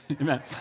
Amen